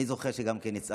גם אני זוכר שהצהרתי